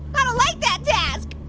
i don't like that task.